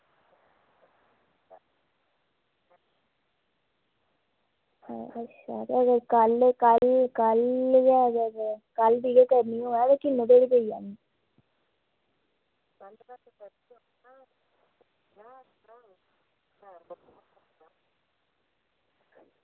कल्ल कल्ल कल्ल गै करी ओड़ो कल्ल दी गै करनी होऐ ते किन्ने धोड़ी पेई जंदी